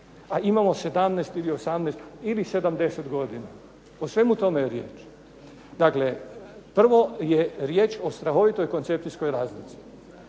a imamo 17 ili 18 ili 70 godina. O svemu tome je riječ. Dakle prvo je riječ o strahovitoj koncepcijskoj razlici.